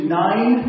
nine